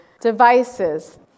devices